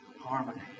harmony